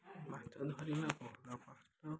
ମାଛ ଧରିବା ବହୁତ କଷ୍ଟ